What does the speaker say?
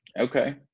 Okay